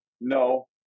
No